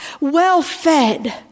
well-fed